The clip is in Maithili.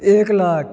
एक लाख